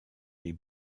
les